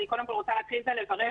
אני אתייחס קודם כל לנושא הדיון.